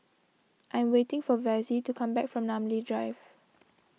I am waiting for Vassie to come back from Namly Drive